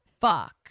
fuck